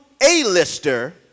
A-lister